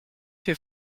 fait